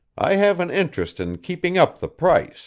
i have an interest in keeping up the price